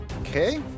Okay